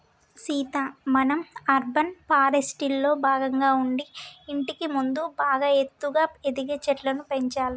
సీత మనం అర్బన్ ఫారెస్ట్రీలో భాగంగా ఉండి ఇంటికి ముందు బాగా ఎత్తుగా ఎదిగే చెట్లను పెంచాలి